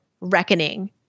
reckoning